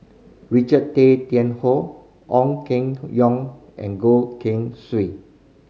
Richard Tay Tian Hoe Ong Keng Yong and Goh Keng Swee